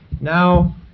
Now